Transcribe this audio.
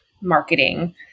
marketing